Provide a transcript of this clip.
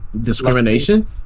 discrimination